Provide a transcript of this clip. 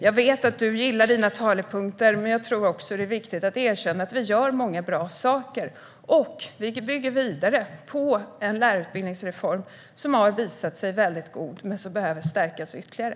Jag vet att du gillar dina talepunkter, men jag tror också att det är viktigt att erkänna att vi göra många bra saker. Vi bygger vidare på en lärarutbildningsreform som har visat sig väldigt god men som behöver stärkas ytterligare.